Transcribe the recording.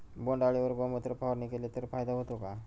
बोंडअळीवर गोमूत्र फवारणी केली तर फायदा होतो का?